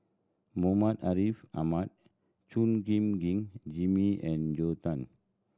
Muhammad Ariff Ahmad Chua Gim Guan Jimmy and Joel Tan